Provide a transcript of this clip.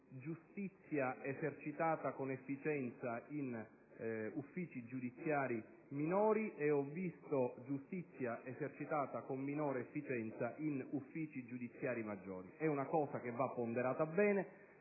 giustizia esercitata con efficienza in uffici giudiziari minori e ho visto giustizia esercitata con minore efficienza in uffici giudiziari maggiori: è una questione che va ponderata bene.